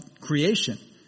creation